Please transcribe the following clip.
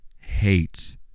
hate